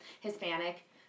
Hispanic